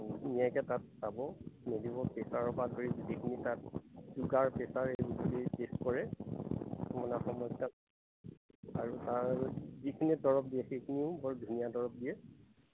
প্ৰেচাৰৰ পৰা ধৰি যিখিনি তাত ছুগাৰ প্ৰেছাৰ এইব টেষ্ট কৰে মানে সমস্যা আৰু তাৰ যিখিনি দৰৱ দিয়ে সেইখিনিও বৰ ধুনীয়া দৰৱ দিয়ে